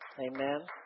Amen